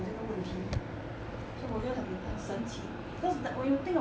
这个问题了 so 我觉得很神奇 cause when you think of